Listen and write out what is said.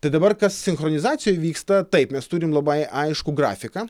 tai dabar kas sinchronizacijoj vyksta taip mes turim labai aiškų grafiką